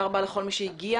תודה רבה לכל מי שהגיע.